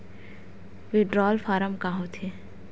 Withdrawal form का होथे?